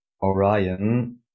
Orion